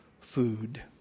food